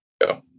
go